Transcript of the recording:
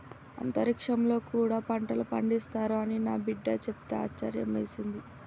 అంతరిక్షంలో కూడా పంటలు పండిస్తారు అని నా బిడ్డ చెప్తే ఆశ్యర్యమేసింది